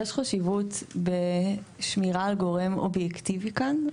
יש חשיבות בשמירה על גורם אובייקטיבי כאן.